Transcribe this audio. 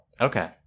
Okay